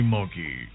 Monkey